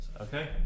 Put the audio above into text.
Okay